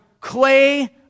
clay